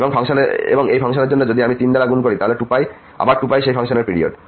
এবং এই ফাংশনের জন্য যদি আমি 3 দ্বারা গুণ করি তাহলে আবার 2π সেই ফাংশনের পিরিয়ড